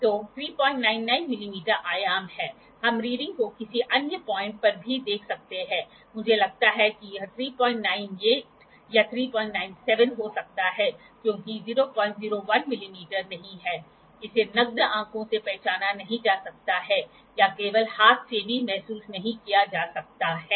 तो 399 मिमी आयाम है हम रीडिंग को किसी अन्य पाॅइंट पर भी देख सकते हैं मुझे लगता है कि यह 398 या 397 हो सकता है क्योंकि 001 मिमी नहीं है इसे नग्न आंखों से पहचाना नहीं जा सकता है या केवल हाथ से भी महसूस नहीं किया जा सकता है